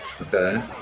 Okay